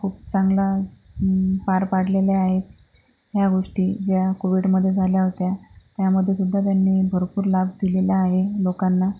क खूप चांगला पार पाडलेल्या आहेत ह्या गोष्टी ज्या कोविडमध्ये झाल्या होत्या त्यामध्येसुद्धा त्यांनी भरपूर लाभ दिलेला आहे लोकांना